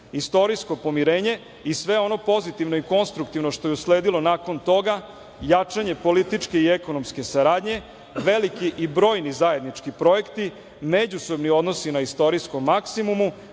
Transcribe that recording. istorijsko poverenje i sve ono pozitivno i konstruktivno što je usledilo nakon toga, jačanje političke i ekonomske saradnje, veliki i brojni zajednički projekti, međusobni odnosi na istorijskom maksimumu